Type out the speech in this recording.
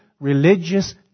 religious